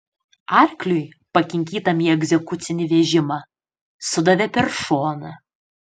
arkliui pakinkytam į egzekucinį vežimą sudavė per šoną